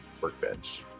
workbench